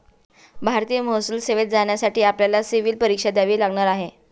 भारतीय महसूल सेवेत जाण्यासाठी आपल्याला सिव्हील परीक्षा द्यावी लागणार आहे